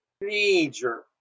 major